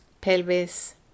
pelvis